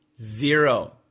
zero